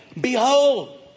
behold